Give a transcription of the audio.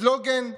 סלוגן?